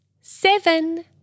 seven